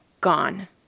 gone